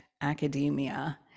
academia